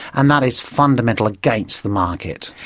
and that is fundamentally against the market.